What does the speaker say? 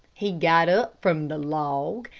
he got up from the log,